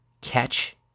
catch